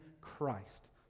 Christ